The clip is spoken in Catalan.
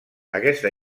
aquesta